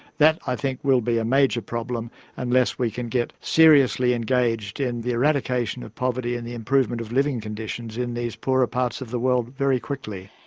that i think will be a major problem unless we can get seriously engaged in the eradication of poverty and the improvement of living conditions in these poorer parts of the world very quickly.